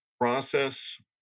process